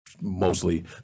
Mostly